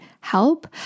help